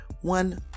one